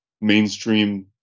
mainstream